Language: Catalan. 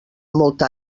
molta